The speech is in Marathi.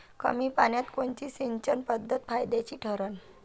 कमी पान्यात कोनची सिंचन पद्धत फायद्याची ठरन?